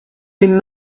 been